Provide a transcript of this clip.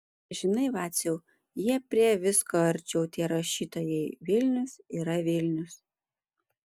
žinai vaciau jie prie visko arčiau tie rašytojai vilnius yra vilnius